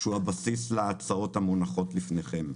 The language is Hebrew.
שהוא הבסיס להצעות המונחות בפניכם.